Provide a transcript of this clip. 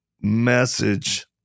message